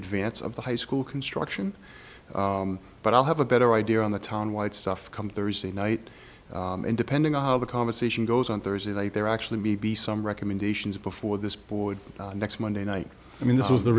advance of the high school construction but i'll have a better idea on the town white stuff come thursday night and depending on how the conversation goes on thursday night there actually may be some recommendations before this boy next monday night i mean this is the